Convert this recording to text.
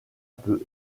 peu